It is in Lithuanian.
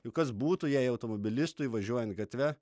jau kas būtų jei automobilistui važiuojant gatve